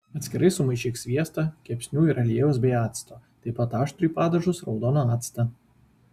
atskirai sumaišyk sviestą kepsnių ir aliejaus bei acto taip pat aštrųjį padažus raudoną actą